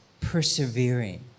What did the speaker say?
persevering